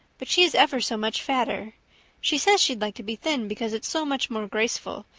but she is ever so much fatter she says she'd like to be thin because it's so much more graceful,